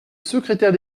secrétaire